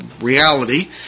reality